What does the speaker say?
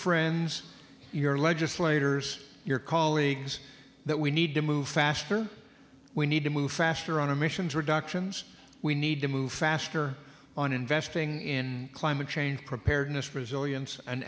friends your legislators your colleagues that we need to move faster we need to move faster on emissions reductions we need to move faster on investing in climate change prepared in this resilience an